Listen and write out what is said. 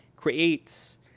creates